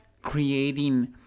creating